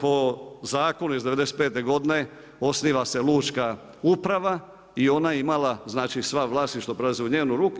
Po zakonu iz '95. godine osniva se Lučka uprava i ona je imala, znači sva vlasništva prelaze u njene ruke.